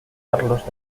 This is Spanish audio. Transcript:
carlos